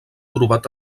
trobat